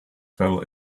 fell